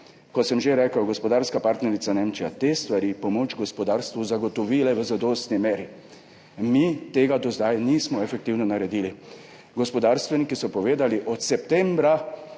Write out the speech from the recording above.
kot sem že rekel, gospodarska partnerica Nemčija, pomoč gospodarstvu zagotovile v zadostni meri. Mi tega do zdaj nismo efektivno naredili. Gospodarstveniki so povedali, od septembra